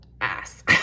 ass